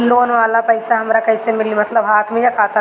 Loan वाला पैसा हमरा कइसे मिली मतलब हाथ में या खाता में?